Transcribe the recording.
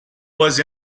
was